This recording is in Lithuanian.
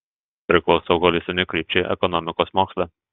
priklausau holistinei krypčiai ekonomikos moksle